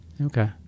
Okay